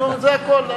זה הכול.